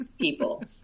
people